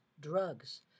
drugs